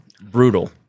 brutal